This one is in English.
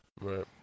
Right